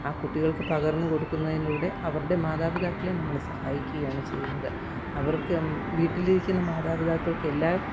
ആ കുട്ടികൾക്ക് പകർന്നുകൊടുക്കുന്നതിലൂടെ അവരുടെ മാതാപിതാക്കളെ നമ്മൾ സഹായിക്കുകയാണ് ചെയ്യുന്നത് അവർക്ക് വീട്ടിലിരിക്കുന്ന മാതാപിതാക്കൾക്കെല്ലാ